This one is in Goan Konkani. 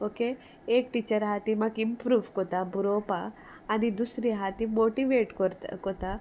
ओके एक टिचर आहा ती म्हाका इमप्रूव कोत्ता बरोवपा आनी दुसरी आहा ती मोटिवेट कोरता कोता